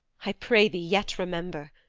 i pray thee yet remember,